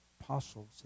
apostles